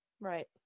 right